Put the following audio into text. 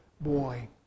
boy